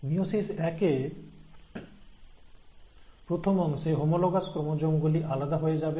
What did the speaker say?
meiosis এক এ প্রথম অংশে হোমোলোগাস ক্রোমোজো গুলি আলাদা হয়ে যাবে